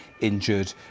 injured